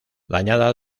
dañada